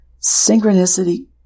synchronicity